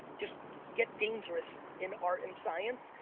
just get dangerous in art and science.